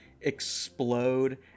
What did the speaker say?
explode